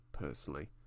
personally